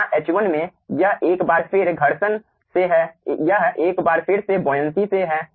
यहाँ H1 में यह एक बार फिर घर्षण से है यह एक बार फिर से बोयनसी से है